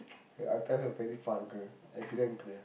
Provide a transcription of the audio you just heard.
I tell her very far girl